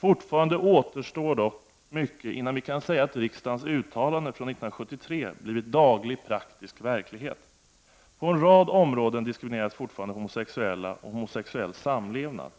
Fortfarande återstår dock mycket innan vi kan säga att riksdagens uttalande från 1973 blivit daglig praktisk verklighet. På en rad områden diskrimineras fortfarande homosexuella och homosexuell samlevnad.